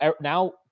now